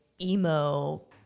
emo